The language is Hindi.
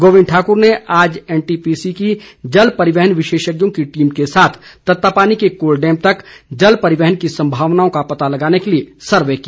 गोविंद ठाकुर ने आज एनटीपीसी की जल परिवहन विशेषज्ञों की टीम के साथ तत्तापानी से कोलडैम तक जल परिवहन की संभावनाओं का पता लगाने के लिए सर्वे किया